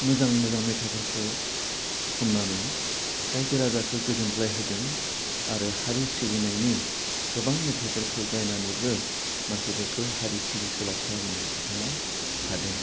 मोजां मोजां मेथाइफोरखौ खन्नानै रायजो राजाखौ गोजोनग्लाय होदों आरो हारि सिबिनायनि गोबां मेथाइफोरखौ गाइनानैबो मोनसे गोगोम हारि सिबिसुला खालामदों बिथाङा हादों